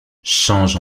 change